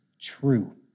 true